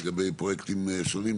לגבי פרויקטים שונים,